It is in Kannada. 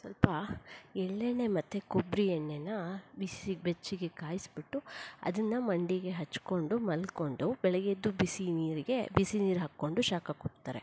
ಸ್ವಲ್ಪ ಎಳ್ಳೆಣ್ಣೆ ಮತ್ತು ಕೊಬ್ಬರಿ ಎಣ್ಣೆನ ಬಿಸಿ ಬೆಚ್ಚಗೆ ಕಾಯಿಸಿಬಿಟ್ಟು ಅದನ್ನು ಮಂಡಿಗೆ ಹಚ್ಚಿಕೊಂಡು ಮಲ್ಕೊಂಡು ಬೆಳಗ್ಗೆ ಎದ್ದು ಬಿಸಿನೀರಿಗೆ ಬಿಸಿನೀರು ಹಾಕಿಕೊಂಡು ಶಾಖ ಕೊಡ್ತಾರೆ